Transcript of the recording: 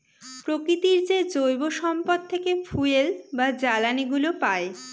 প্রকৃতির যে জৈব সম্পদ থেকে ফুয়েল বা জ্বালানিগুলো পাই